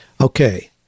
Okay